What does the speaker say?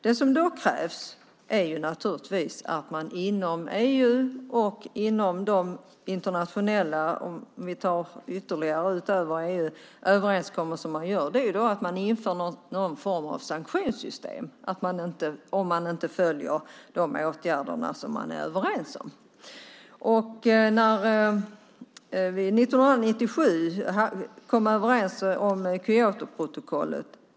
Det som krävs är naturligtvis att man inom EU och inom internationella överenskommelser utöver EU inför någon form av sanktionssystem mot dem som inte vidtar de åtgärder som man är överens om. År 1997 kom vi överens om Kyotoprotokollet.